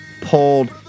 pulled